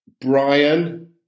Brian